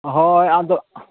ᱦᱳᱭ ᱟᱫᱚ